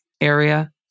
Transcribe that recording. area